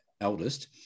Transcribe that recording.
eldest